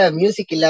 music